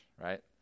right